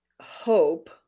hope